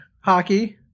hockey